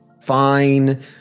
fine